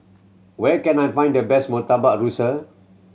where can I find the best Murtabak Rusa